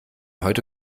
heute